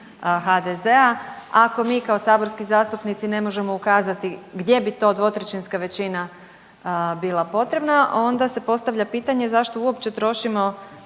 HDZ-a, ako mi kao saborski zastupnici ne možemo ukazati gdje bi to dvotrećinska većina bila potrebna onda se postavlja pitanje zašto uopće trošimo